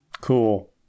Cool